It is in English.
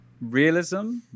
realism